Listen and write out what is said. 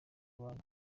iwanyu